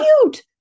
cute